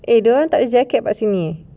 eh dia orang tak ada jacket dapat sini